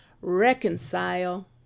reconcile